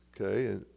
Okay